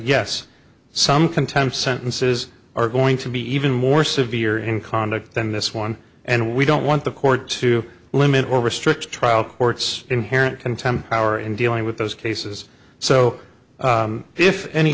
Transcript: yes some contempt sentences are going to be even more severe in conduct than this one and we don't want the court to limit or restrict trial court's inherent contempt hour in dealing with those cases so if any